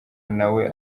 nawe